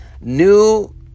new